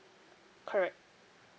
correct